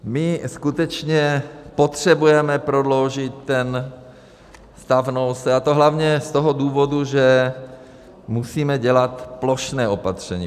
My skutečně potřebujeme prodloužit ten stav nouze, a to hlavně z toho důvodu, že musíme dělat plošná opatření.